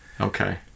Okay